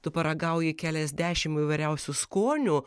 tu paragauji keliasdešim įvairiausių skonių